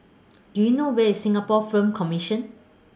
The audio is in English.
Do YOU know Where IS Singapore Film Commission